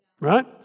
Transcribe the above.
right